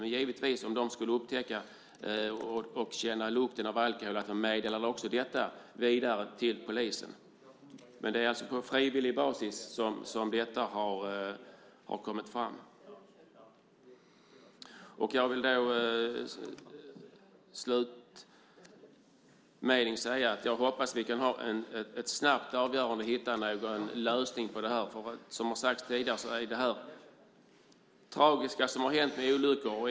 Men om man skulle upptäcka eller känna lukten av alkohol meddelar man också detta vidare till polisen. Det är på frivillig basis som detta har kommit fram. Jag vill slutligen säga att jag hoppas på ett snabbt avgörande och att vi hittar en lösning. Som tidigare sagts är det som hänt tragiska olyckor.